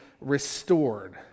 restored